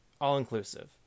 all-inclusive